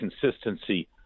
consistency